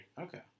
Okay